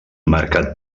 marcat